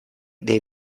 dei